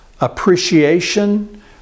appreciation